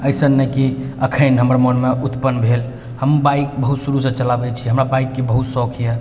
अइसन नहिकि एखन हमर मोनमे उत्पन्न भेल हम बाइक बहुत शुरूसँ चलाबै छी हमरा बाइकके बहुत सौख अइ